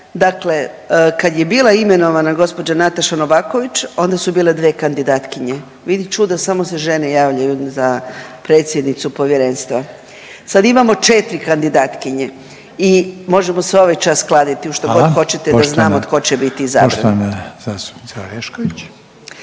Dakle, kad je bila imenovana gospođa Nataša Novaković onda su bile dve kandidatkinje. Vidi čuda samo se žene javljaju za predsjednicu povjerenstva. Sad imamo četiri kandidatkinje i možemo se ovaj čas kladiti u što god hoćete da znamo tko će biti izabran.